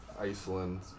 Iceland